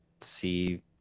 see